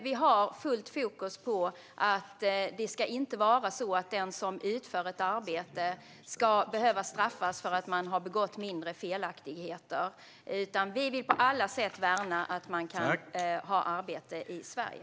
Vi har fullt fokus på att den som utför ett arbete inte ska behöva straffas för att mindre felaktigheter har begåtts. Vi vill på alla sätt värna att man kan ha arbete i Sverige.